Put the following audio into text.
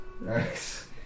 nice